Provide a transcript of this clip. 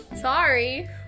sorry